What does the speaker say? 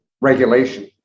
regulation